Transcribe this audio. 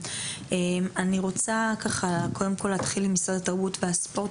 אני רוצה להתחיל עם משרד התרבות והספורט.